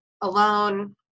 alone